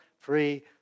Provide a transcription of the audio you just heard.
Free